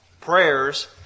prayers